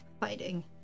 fighting